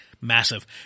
Massive